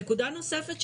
נקודה נוספת,